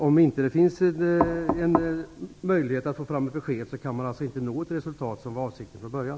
Om man inte får besked kan man inte nå det resultat som var avsett från början.